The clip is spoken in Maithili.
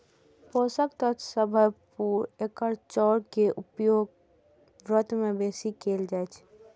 पोषक तत्व सं भरपूर एकर चाउर के उपयोग व्रत मे बेसी कैल जाइ छै